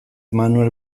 manel